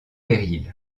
périls